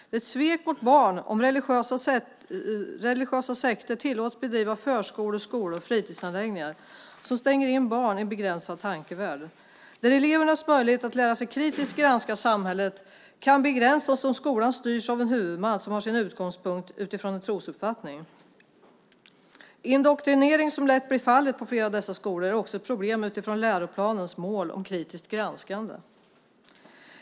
Det är ett svek mot barn om religiösa sekter tillåts bedriva förskolor, skolor och fritidsanläggningar som stänger in barn i en begränsad tankevärld, där elevernas möjlighet att lära sig att kritiskt granska samhället kan begränsas om skolan styrs av en huvudman som har sin utgångspunkt i en trosuppfattning. Indoktrinering, som lätt blir fallet på flera av dessa skolor, är också ett problem utifrån läroplanens mål om kritiskt granskande.